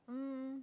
um